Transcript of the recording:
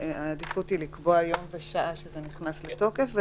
העדיפות היא לקבוע יום ושעה שזה נכנס לתוקף,